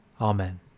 Amen